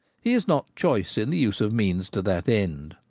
he is not choice in the use of means to that end.